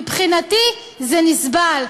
מבחינתי זה נסבל,